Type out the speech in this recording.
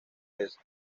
vez